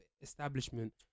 establishment